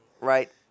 Right